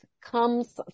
comes